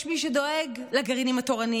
יש מי שדואג לגרעינים התורניים,